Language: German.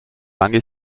lange